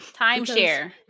Timeshare